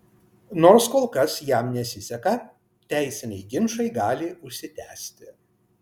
nors kol kas jam nesiseka teisiniai ginčai gali užsitęsti